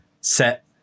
set